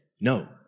No